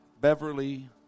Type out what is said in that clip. Beverly